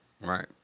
Right